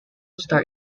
star